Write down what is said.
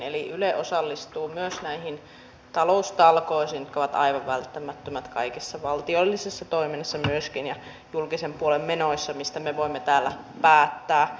eli yle osallistuu myös näihin taloustalkoisiin mitkä ovat aivan välttämättömät myöskin kaikessa valtiollisessa toiminnassa ja julkisen puolen menoissa mistä me voimme täällä päättää